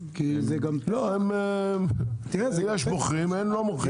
לא, יש מוכרים, הם לא מוכרים.